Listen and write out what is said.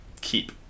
keep